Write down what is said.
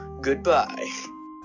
goodbye